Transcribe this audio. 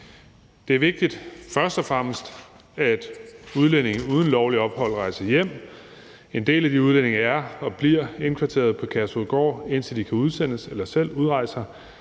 Det er først og fremmest vigtigt, at udlændinge uden lovligt ophold rejser hjem. En del af de udlændinge er indkvarteret og bliver indkvarteret på Kærshovedgård, indtil de kan udsendes eller selv udrejser.